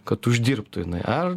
kad uždirbtų jinai ar